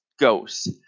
ghost